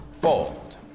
fold